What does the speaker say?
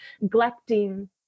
neglecting